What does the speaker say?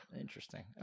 Interesting